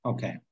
Okay